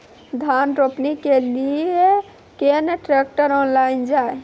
धान रोपनी के लिए केन ट्रैक्टर ऑनलाइन जाए?